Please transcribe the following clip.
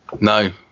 no